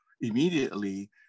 immediately